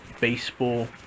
baseball